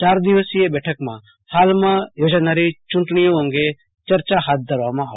ચાર દિવસોય બેઠકમાં હાલમાં યોજાનારો ચુટણીઓ અંગે ચર્ચા હાથ ધરવામાં આવશે